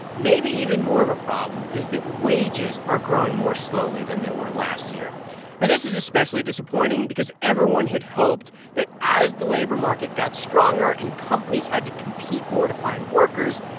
maybe even more of a problem is that wages are growing more slowly than they were last year. but and this is especially disappointing because everyone had hoped that as the labor market got stronger and companies had to compete more to find workers,